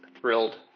thrilled